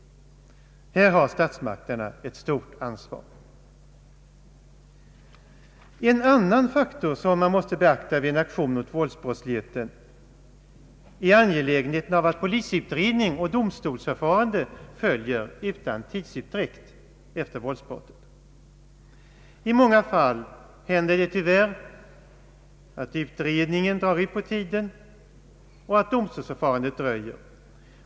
Här har statsmakterna ett stort ansvar. En annan faktor som måste beaktas vid en aktion mot våldsbrottsligheten är angelägenheten av att polisutredning och domstolsförfarande följer utan tidsutdräkt efter våldsbrotten. I många fall händer det tyvärr att utredningen drar ut på tiden och att domstolsförfarandet dröjer.